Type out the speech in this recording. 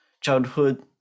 childhood